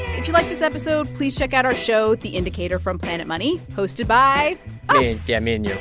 if you liked this episode, please check out our show, the indicator, from planet money, hosted by us yeah. me and you